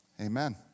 Amen